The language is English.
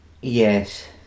Yes